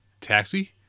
Taxi